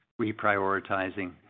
reprioritizing